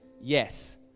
Yes